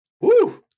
Woo